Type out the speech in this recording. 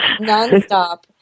nonstop